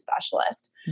specialist